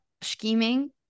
Scheming